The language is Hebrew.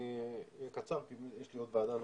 אני אהיה קצר כי אני צריך להשתתף בעוד ועדה.